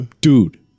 dude